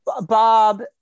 Bob